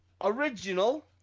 original